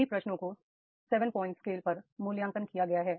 सभी प्रश्नों को 7 प्वाइंट स्केल पर मूल्यांकन किया गया है